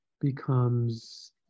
becomes